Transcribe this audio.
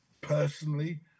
Personally